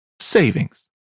savings